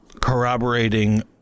corroborating